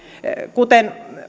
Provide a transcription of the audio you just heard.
kuten